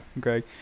Greg